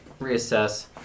reassess